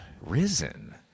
Risen